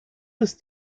ist